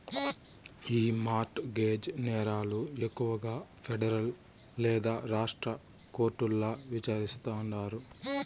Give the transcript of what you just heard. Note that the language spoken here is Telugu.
ఈ మార్ట్ గేజ్ నేరాలు ఎక్కువగా పెడరల్ లేదా రాష్ట్ర కోర్టుల్ల విచారిస్తాండారు